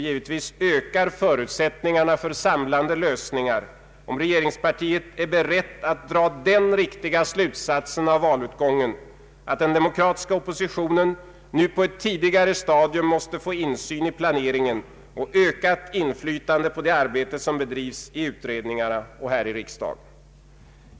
Givetvis ökar förutsättningarna för samlande lösningar om regeringspartiet är berett att dra den riktiga slutsatsen av valutgången, att den demokratiska oppositionen nu på ett tidigare stadium måste få insyn i planeringen och ökat inflytande på det arbete som bedrivs i utredningar och här i riksdagen.